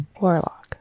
Warlock